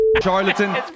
charlatan